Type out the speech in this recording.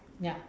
ya